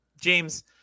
James